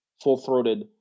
full-throated